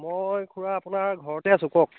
মই খুৰা আপোনাৰ ঘৰতে আছো কওক